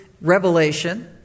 revelation